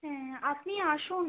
হ্যাঁ আপনি আসুন